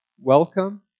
welcome